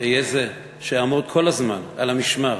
אהיה זה שאעמוד כל הזמן על המשמר